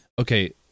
okay